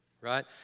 right